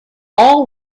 all